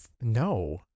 No